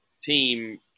team